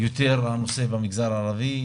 הנושא נמצא יותר במגזר הערבי.